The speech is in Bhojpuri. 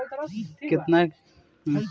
कटनी केतना दिन मे होला?